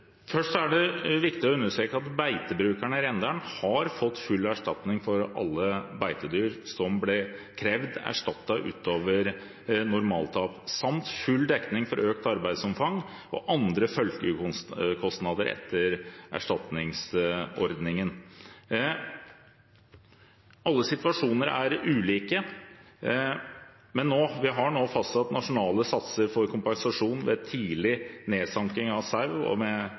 Først er det viktig å understreke at beitebrukerne i Rendalen har fått full erstatning for alle beitedyr som ble krevd erstattet utover normaltap, samt full dekning for økt arbeidsomfang og andre følgekostnader etter erstatningsordningen. Alle situasjoner er ulike, men vi har nå fastsatt nasjonale satser for kompensasjon ved tidlig nedsanking av sau og med